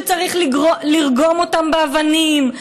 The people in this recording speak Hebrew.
שצריך לרגום אותם באבנים,